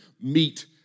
meet